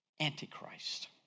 Antichrist